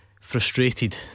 frustrated